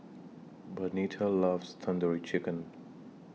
Bernetta loves Tandoori Chicken